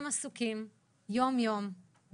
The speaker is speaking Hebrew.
מראש: כולכם עסוקים יום-יום בחמלה,